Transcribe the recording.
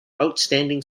outstanding